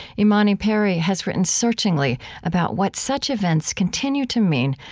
imani perry has written searchingly about what such events continue to mean,